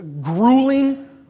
grueling